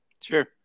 Sure